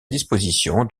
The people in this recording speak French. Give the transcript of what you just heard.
disposition